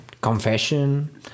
confession